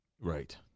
Right